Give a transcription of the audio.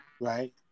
right